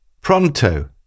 Pronto